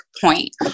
point